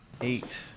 eight